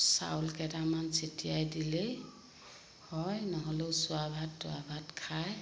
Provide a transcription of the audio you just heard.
চাউল কেইটামান চটিয়াই দিলেই হয় নহ'লেও চুৱা ভাত টুৱা ভাত খায়